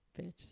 Bitch